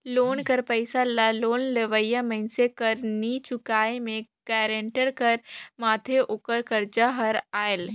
loan कर पइसा ल लोन लेवइया मइनसे कर नी चुकाए में गारंटर कर माथे ओकर करजा हर आएल